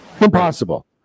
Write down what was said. impossible